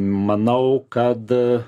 manau kad